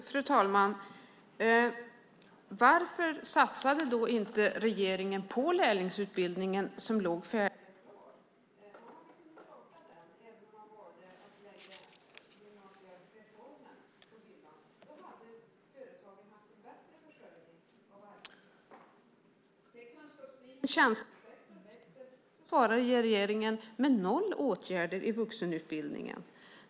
Fru talman! Varför satsade då inte regeringen på lärlingsutbildningen, som låg färdig och klar? Då hade man kunnat starta den även om man valde att lägga gymnasiereformen på hyllan. Då hade företagen haft en bättre försörjning av arbetskraft. Den kunskapsdrivna tjänstesektorn växer. Då svarar regeringen med noll åtgärder i vuxenutbildningen.